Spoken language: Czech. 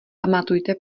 pamatujte